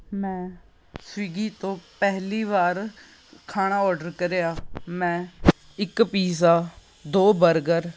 ਮੈਂ ਸਵਿਗੀ ਤੋਂ ਪਹਿਲੀ ਵਾਰ ਖਾਣਾ ਔਡਰ ਕਰਿਆ ਮੈਂ ਇੱਕ ਪੀਜ਼ਾ ਦੋ ਬਰਗਰ